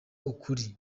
ukuri